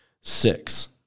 Six